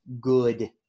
Good